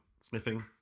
sniffing